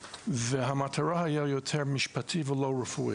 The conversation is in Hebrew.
והמטרה הייתה יותר משפטי ולא רפואי.